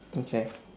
okay